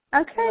Okay